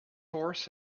horse